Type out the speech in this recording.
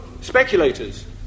speculators